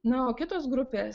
na o kitos grupės